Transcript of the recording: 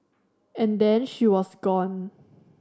and then she was gone